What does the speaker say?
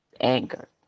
anger